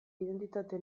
identitate